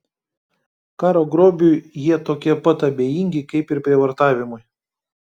karo grobiui jie tokie pat abejingi kaip ir prievartavimui